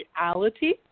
reality